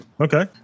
Okay